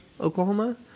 Oklahoma